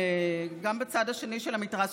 גם בצד השני של המתרס,